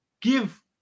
give